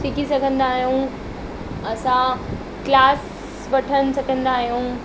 सिखी सघंदा आहियूं असां क्लास वठनि सघंदा आहियूं